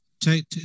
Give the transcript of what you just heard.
take